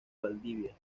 valdivia